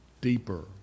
deeper